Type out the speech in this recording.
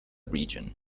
region